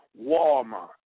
Walmart